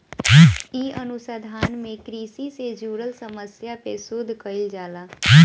इ अनुसंधान में कृषि से जुड़ल समस्या पे शोध कईल जाला